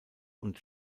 und